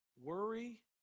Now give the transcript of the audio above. worry